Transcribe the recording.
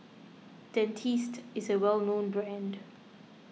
Dentiste is a well known brand